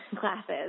classes